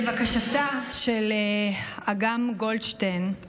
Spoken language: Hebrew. והלבד בשבת הזאת נמשך